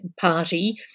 party